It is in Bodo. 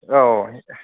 औ